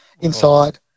inside